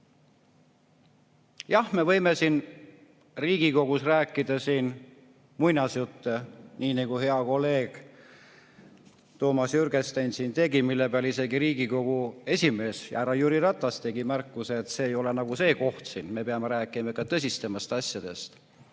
Jah, me võime siin Riigikogus rääkida muinasjutte, nii nagu hea kolleeg Toomas Jürgenstein tegi, mille peale isegi Riigikogu esimees, härra Jüri Ratas tegi märkuse, et see ei ole see koht siin. Me peame rääkima ikka tõsisematest asjadest. Mina